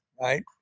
right